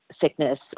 sickness